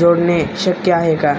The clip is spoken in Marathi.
जोडणे शक्य आहे का